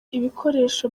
ibikoresho